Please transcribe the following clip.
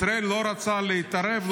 ישראל לא רצתה להתערב,